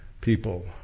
people